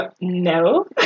no